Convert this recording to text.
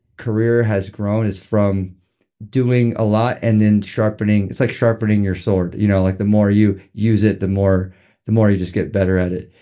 career has grown is from doing a lot and then sharpening. it's like sharpening your sword, you know like the more you use it, the more the more you just get better at it.